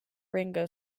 ringo